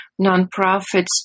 nonprofits